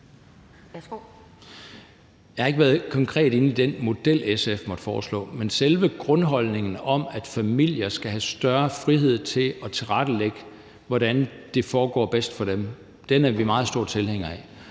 Jeg kender ikke konkret den model, SF måtte foreslå, men selve grundholdningen om, at familier skal have større frihed til at tilrettelægge, hvordan det foregår bedst for dem, er vi meget store tilhængere af.